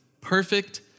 perfect